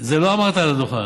זה לא אמרת על הדוכן.